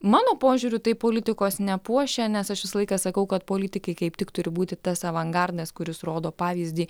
mano požiūriu tai politikos nepuošia nes aš visą laiką sakau kad politikai kaip tik turi būti tas avangardas kuris rodo pavyzdį